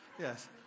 Yes